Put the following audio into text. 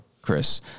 Chris